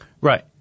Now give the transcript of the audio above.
Right